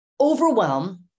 Overwhelm